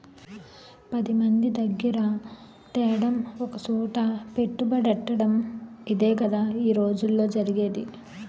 పదిమంది దగ్గిర తేడం ఒకసోట పెట్టుబడెట్టటడం ఇదేగదా ఈ రోజుల్లో జరిగేది